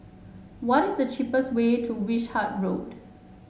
what is the cheapest way to Wishart Road